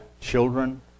children